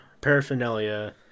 paraphernalia